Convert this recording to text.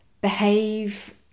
behave